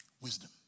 Wisdom